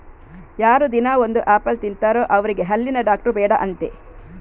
ಯಾರು ದಿನಾ ಒಂದು ಆಪಲ್ ತಿಂತಾರೋ ಅವ್ರಿಗೆ ಹಲ್ಲಿನ ಡಾಕ್ಟ್ರು ಬೇಡ ಅಂತೆ